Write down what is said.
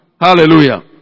Hallelujah